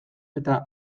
eta